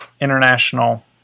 International